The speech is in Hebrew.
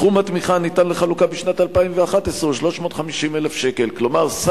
סכום התמיכה שניתן לחלוקה בשנת 2011 הוא 350,000 ש"ח.